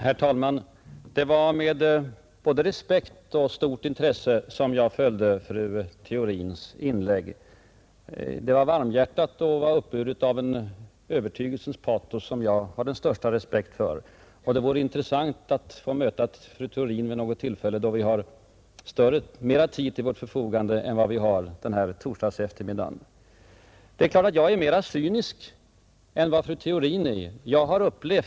Herr talman! Jag har med både respekt och intresse följt fru Theorins inlägg. Det var varmhjärtat och uppburet av en övertygelsens patos som jag har den största respekt för. Det vore intressant att få möta fru Theorin vid något tillfälle då vi har mer tid till vårt förfogande än denna sena torsdagseftermiddag. Det är klart att jag är mera ”cynisk” än vad fru Theorin är.